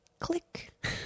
click